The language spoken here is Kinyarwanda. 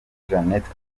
jeannette